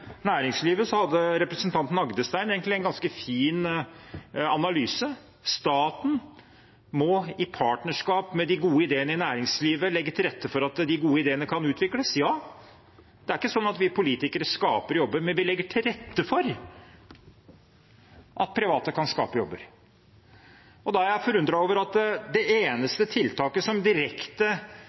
hadde representanten Rodum Agdestein egentlig en ganske fin analyse. Staten må i partnerskap med de gode ideene i næringslivet legge til rette for at de gode ideene kan utvikles. Nei, det er ikke sånn at vi politikere skaper jobber, men vi legger til rette for at private kan skape jobber. Da er jeg forundret over at det eneste tiltaket som direkte